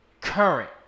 current